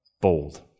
Bold